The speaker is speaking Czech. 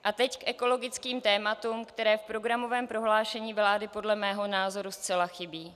A teď k ekologickým tématům, která v programovém prohlášení vlády podle mého názoru zcela chybí.